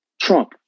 Trump